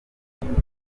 ntabwo